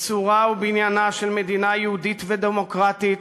ביצורה ובניינה של מדינה יהודית ודמוקרטית